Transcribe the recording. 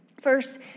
First